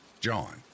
John